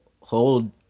hold